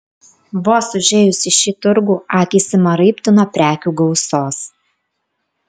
vos užėjus į šį turgų akys ima raibti nuo prekių gausos